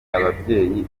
ababyeyi